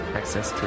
access